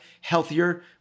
healthier